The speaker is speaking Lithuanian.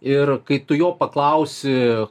ir kai tu jo paklausi